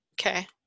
okay